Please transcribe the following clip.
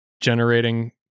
generating